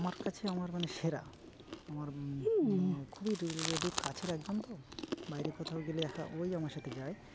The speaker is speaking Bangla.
আমার কাছে আমার মানে সেরা আমার মানে খুবই রিলেটিভ কাছের একজন তো বাইরে কোথাও গেলে একা ওই আমার সাথে যায়